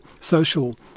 social